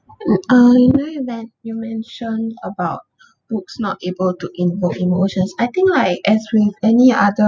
ugh uh you might have men~ you mentioned about books not able to invoke emotions I think like as with any other